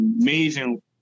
amazing